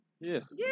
Yes